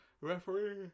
referee